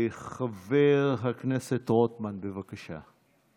חבר הכנסת רוטמן, בבקשה.